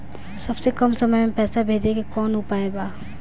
सबसे कम समय मे पैसा भेजे के कौन उपाय बा?